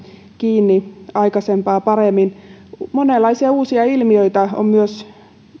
kiinni aikaisempaa paremmin myös monenlaisia uusia ilmiöitä on